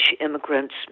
immigrants